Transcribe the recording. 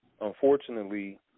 unfortunately